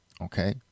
okay